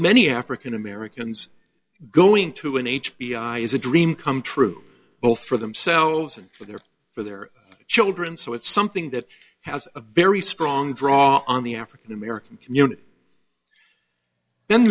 many african americans going to an h b o high is a dream come true both for themselves and for their for their children so it's something that has a very strong draw on the african american community then